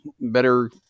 better